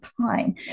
time